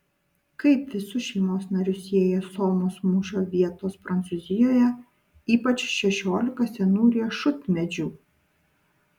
kaip visus šeimos narius sieja somos mūšio vietos prancūzijoje ypač šešiolika senų riešutmedžių